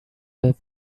have